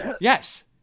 Yes